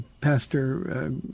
pastor